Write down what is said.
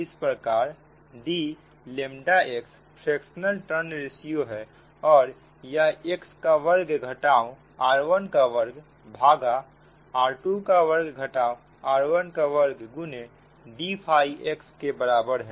इस प्रकार dx fractional turn ratio है और यह x का वर्ग घटाओ r1 का वर्ग भागा r2 का वर्ग घटाओ r1 का वर्ग गुने d फाई x के बराबर है